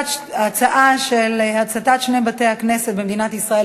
ההצעה בנושא הצתת שני בתי-כנסת במדינת ישראל,